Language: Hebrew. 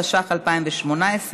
התשע"ח 2018,